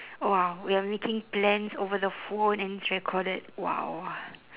!wow! we are making plans over the phone and it's recorded !wow!